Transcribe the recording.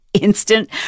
instant